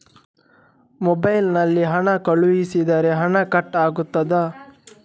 Mobile ನಲ್ಲಿ ಹಣ ಕಳುಹಿಸಿದರೆ ಹಣ ಕಟ್ ಆಗುತ್ತದಾ?